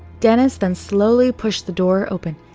dennis then slowly pushed the door open.